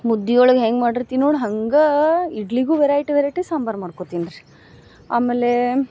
ಮುದ್ದೆ ಒಳಗೆ ಹೆಂಗೆ ಮಾಡಿರ್ತೀನಿ ನೋಡಿ ಹಂಗೆ ಇಡ್ಲಿಗು ವೆರೈಟಿ ವೆರೈಟಿ ಸಾಂಬರ್ ಮಾಡ್ಕೊತಿನ್ರೀ ಆಮೇಲೆ